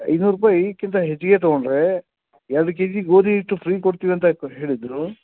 ಐದುನೂರು ರೂಪಾಯೀಕಿಂತ ಹೆಚ್ಚಿಗೆ ತಗೊಂಡರೆ ಎರಡು ಕೆಜಿ ಗೋಧಿ ಹಿಟ್ಟು ಫ್ರೀ ಕೊಡ್ತೀವಂತ ಹೇಳಿದ್ದರು